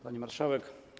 Pani Marszałek!